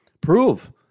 prove –